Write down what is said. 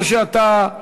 או שאתה,